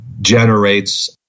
generates